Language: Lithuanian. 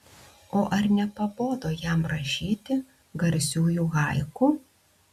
o ar nepabodo jam rašyti garsiųjų haiku